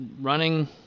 running